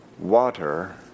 Water